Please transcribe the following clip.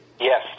Yes